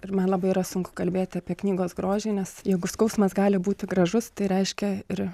ir man labai yra sunku kalbėti apie knygos grožį nes jeigu skausmas gali būti gražus tai reiškia ir